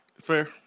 fair